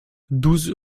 douze